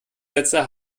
sätze